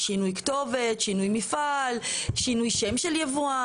שינוי כתובת, שינוי מפעל, שינוי שם של יבואן.